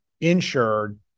insured